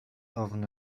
often